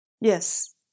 Yes